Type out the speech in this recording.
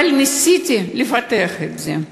אבל ניסיתי לפתח את זה.